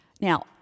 Now